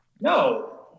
No